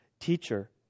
Teacher